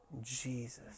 Jesus